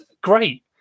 great